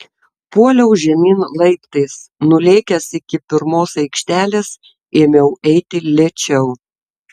puoliau žemyn laiptais nulėkęs iki pirmos aikštelės ėmiau eiti lėčiau